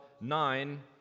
nine